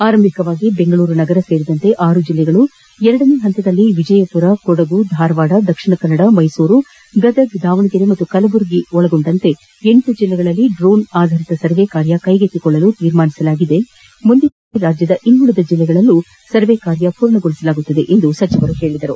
ಆರಂಭಿಕವಾಗಿ ಬೆಂಗಳೂರು ನಗರ ಸೇರಿದಂತೆ ಆರು ಜಿಲ್ಲೆಗಳು ಎರಡನೇ ಹಂತವಾಗಿ ವಿಜಯಪುರ ಕೊಡಗು ಧಾರವಾಡ ದಕ್ಷಿಣ ಕನ್ನಡ ಮೈಸೂರು ಗದಗ ದಾವಣಗೆರೆ ಮತ್ತು ಕಲಬುರಗಿ ಒಳಗೊಂಡಂತೆ ಎಂಟು ಜಿಲ್ಲೆಗಳಲ್ಲಿ ಡ್ರೋನ್ ಆಧಾರಿತ ಸರ್ವೆಕಾರ್ಯ ಕೈಗೆತ್ತಿಕೊಳ್ಳಲು ತೀರ್ಮಾನಿಸಲಾಗಿದೆ ಮುಂದಿನ ಐದು ವರ್ಷಗಳಲ್ಲಿ ರಾಜ್ಯದ ಇನ್ನುಳಿದ ಜಿಲ್ಲೆಗಳಲ್ಲಿ ಸರ್ವೆ ಕಾರ್ಯ ಪೂರ್ಣಗೊಳಿಸಲಾಗುವುದು ಎಂದು ತಿಳಿಸಿದರು